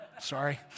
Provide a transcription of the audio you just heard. sorry